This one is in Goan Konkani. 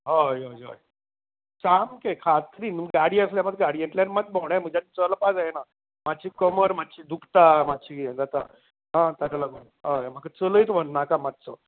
हय हय हय सामके खास करून कितें न्हय गाडी आसल्यार मात गाडयेंतल्यान भोंवडायले चलपा जायना मात्शें कमर मात्शी दुकता मातशें हें जाता आं ताका लागून हय म्हाका चलयत व्हर नाका मात्सो